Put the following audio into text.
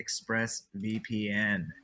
ExpressVPN